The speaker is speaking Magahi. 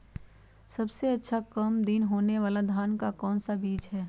सबसे काम दिन होने वाला धान का कौन सा बीज हैँ?